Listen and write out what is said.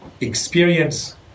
experience